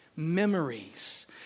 memories